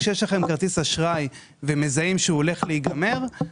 כשיש לכם כרטיס אשראי ומזהים שתוקפו עומד לפוג